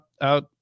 out